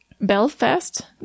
Belfast